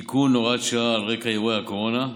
תיקון, הוראת שעה על רקע אירועי הקורונה,